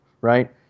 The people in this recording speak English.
right